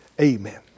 Amen